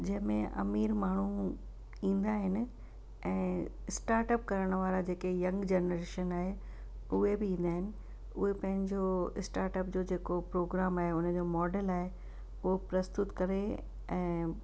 जंहिंमें अमीर माण्हू ईंदा आहिनि ऐं स्टार्ट अप करण वारा जेके यंग जनरेशन आहे उहे बि ईंदा आहिनि उहे पंहिंजो स्टार्ट अप जो जेको प्रोग्राम आहे उन जो मॉडल आहे उहो प्रस्तुत करे ऐं